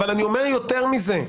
אבל אני אומר יותר מזה.